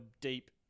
deep